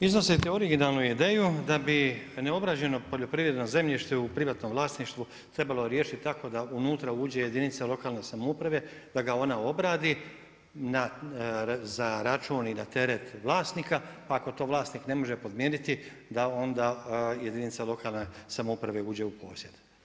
Iznosite originalnu ideju da bi neobrađeno poljoprivredno zemljište u privatnom vlasništvu trebalo riješiti tako da unutra uđe jedinica lokalne samouprave da ga ona obradi za račun i na teret vlasnika ako to ne može podmiriti, da ona jedinice lokalne samouprave uđe u posjed.